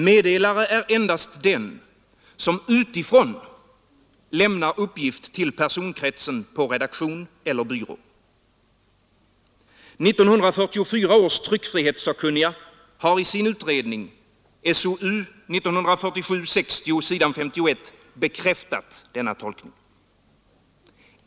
Meddelare är endast den som utifrån lämnar uppgift till personkretsen på redaktion eller byrå. 1944 års tryckfrihetssakkunniga har i sin utredning SOU 1947:60, s. 51, bekräftat denna tolkning.